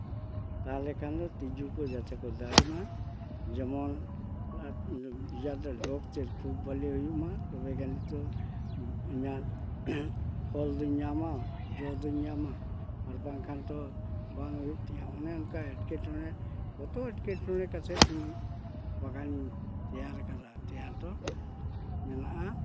ᱛᱟᱦᱚᱞᱮ ᱠᱷᱟᱱ ᱫᱚ ᱛᱤᱡᱩ ᱠᱚ ᱡᱟᱛᱮ ᱠᱚ ᱫᱟᱹᱲ ᱢᱟ ᱡᱮᱢᱚᱱ ᱰᱚᱜᱽ ᱛᱮᱫ ᱠᱷᱩᱵ ᱵᱷᱟᱹᱞᱤ ᱦᱩᱭᱩᱜ ᱢᱟ ᱛᱚᱵᱮ ᱜᱟᱹᱱᱤᱡ ᱫᱚ ᱢᱟᱱᱮ ᱯᱷᱚᱞ ᱫᱩᱧ ᱧᱟᱢᱟ ᱡᱚ ᱫᱩᱧ ᱧᱟᱢᱟ ᱟᱨ ᱵᱟᱝᱠᱷᱟᱱ ᱛᱚ ᱵᱟᱝ ᱦᱩᱭᱩᱜ ᱛᱤᱧᱟᱹ ᱚᱱᱮ ᱚᱱᱠᱟ ᱮᱴᱠᱮᱴᱚᱬᱮ ᱠᱚᱛᱚ ᱮᱴᱠᱮᱴᱚᱬᱮ ᱠᱟᱛᱮ ᱜᱮᱧ ᱵᱟᱜᱟᱱᱤᱧ ᱛᱮᱭᱟᱨ ᱠᱟᱫᱟ ᱛᱮᱭᱟᱨ ᱫᱚ ᱢᱮᱱᱟᱜᱼᱟ